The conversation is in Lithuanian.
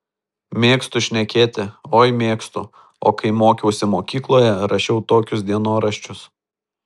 mėgstu šnekėti oi mėgstu o kai mokiausi mokykloje rašiau tokius dienoraščius